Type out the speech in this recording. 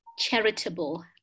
charitable